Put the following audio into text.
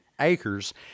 acres